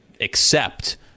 accept